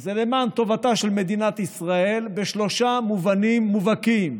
זה למען טובתה של מדינת ישראל בשלושה מובנים מובהקים.